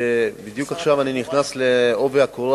שבדיוק עכשיו אני נכנס בעובי הקורה